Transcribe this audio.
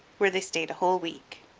where they stayed a whole week.